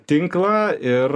tinklą ir